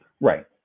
Right